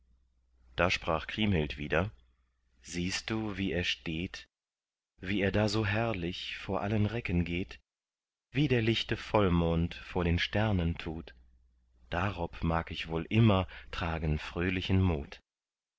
da sprach kriemhild wieder siehst du wie er steht wie er da so herrlich vor allen recken geht wie der lichte vollmond vor den sternen tut darob mag ich wohl immer tragen fröhlichen mut